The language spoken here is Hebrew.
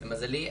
למזלי,